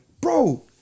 bro